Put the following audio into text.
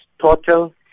total